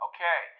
Okay